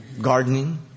gardening